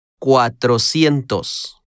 Cuatrocientos